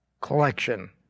collection